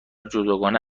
جداگانه